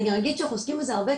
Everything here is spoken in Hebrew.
אני אגיד שעוסקים בזה הרבה,